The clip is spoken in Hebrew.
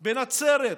בנצרת,